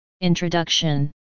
Introduction